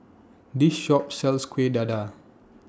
This Shop sells Kuih Dadar